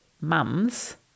mums